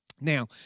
Now